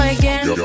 again